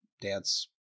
dance